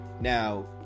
Now